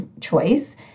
choice